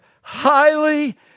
highly